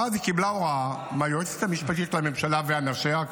ואז היא קיבלה הוראה מהיועצת המשפטית לממשלה ואנשיה,